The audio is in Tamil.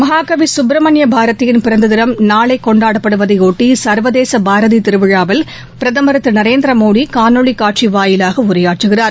மகாகவி சுப்பிரமணிய பாரதியின் பிறந்த தினம் நாளை கொண்டாடப்படுவதையொட்டி சள்வதேச பாரதி திருவிழாவில் பிரதமர் திரு நரேந்திரமோடி காணொலி காட்சி வாயிலாக உரையாற்றுகிறார்